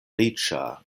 riĉa